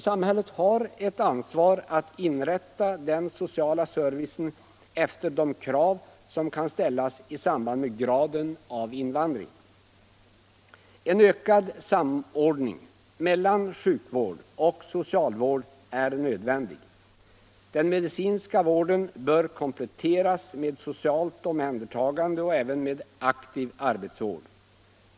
Samhället har ett ansvar att inrätta den sociala servicen efter de krav som kan ställas i samband med graden av invandring. Nm En ökad samordning mellan sjukvård och socialvård är nödvändig. Den medicinska vården bör kompletteras med socialt omhändertagande och även med en aktiv arbetsvård.